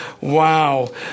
wow